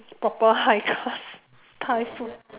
proper high class Thai food